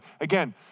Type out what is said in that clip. Again